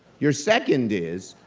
your second is,